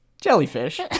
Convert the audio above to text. jellyfish